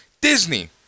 Disney